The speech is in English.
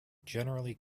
generally